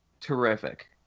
Terrific